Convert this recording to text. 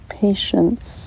patience